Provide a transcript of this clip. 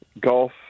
golf